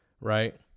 right